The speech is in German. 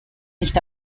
nicht